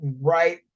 right